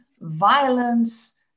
Violence